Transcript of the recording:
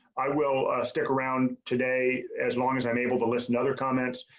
i will stick around today. as long as i'm able to listen. other comments,